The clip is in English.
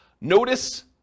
Notice